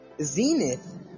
zenith